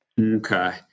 Okay